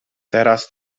teraz